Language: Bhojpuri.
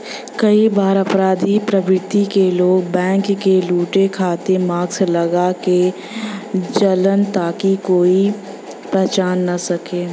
कई बार अपराधी प्रवृत्ति क लोग बैंक क लुटे खातिर मास्क लगा क जालन ताकि कोई पहचान न सके